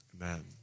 amen